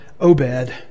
Obed